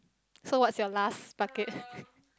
so what's your last bucket